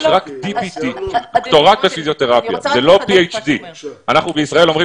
יש רק PPT. זה לא PHD. בישראל אנחנו אומרים